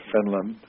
Finland